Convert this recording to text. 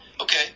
okay